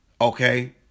Okay